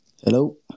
Hello